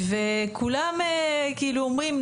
וכולם כאילו אומרים,